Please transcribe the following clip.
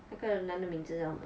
那个男的名字叫什么